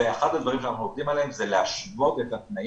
ואחד הדברים שאנחנו עובדים עליהם זה להשוות את התנאים,